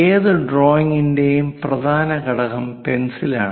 ഏത് ഡ്രോയിംഗിന്റെയും പ്രധാന ഘടകം പെൻസിൽ ആണ്